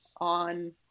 on